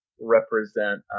represent